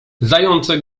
zające